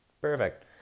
Perfect